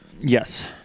Yes